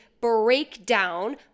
breakdown